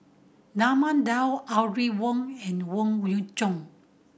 Raman Daud Audrey Wong and Yoon Chong